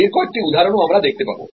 এর কয়েকটি উদাহরণও আমরা দেখতে পাব